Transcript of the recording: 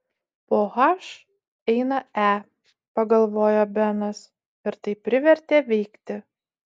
po h eina e pagalvojo benas ir tai privertė veikti